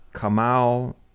Kamal